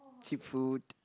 cheap food